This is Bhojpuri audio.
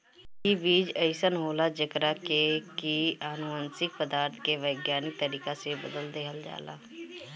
इ बीज अइसन होला जेकरा के की अनुवांशिक पदार्थ के वैज्ञानिक तरीका से बदल देहल जाला